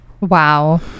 Wow